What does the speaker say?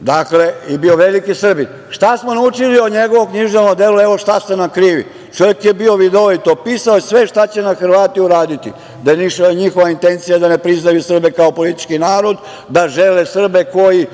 Dakle, bio je veliki Srbin. Šta smo naučili o njegovom književnom delu „Evo, šta ste nam krivi!“? Čovek je bio vidovit, opisao je sve šta će nam Hrvati uraditi, da je njihova intencija da ne priznaju Srbe kao politički narod, da Srbi koji